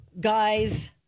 guys